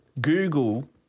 Google